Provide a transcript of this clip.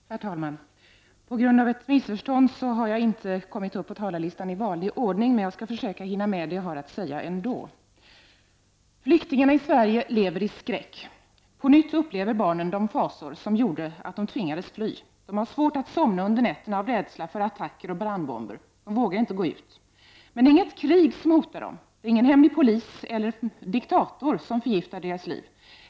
Herr talman! På grund av ett missförstånd har jag inte kommit upp på talarlistan i vanlig ordning. Men jag skall ändå försöka hinna med det jag har att säga. Flyktingarna i Sverige lever i skräck. På nytt upplever barnen de fasor som gjorde att de tvingades fly. De har svårt att somna på nätterna av rädsla för attacker och brandbomber. De vågar inte gå ut. Men det är inget krig som hotar dem. Det är ingen hemlig polis eller någon diktator som förgiftar deras liv.